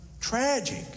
tragic